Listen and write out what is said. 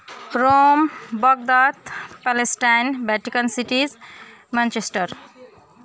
Rome Baghdad Palestine Vatican cities Manchester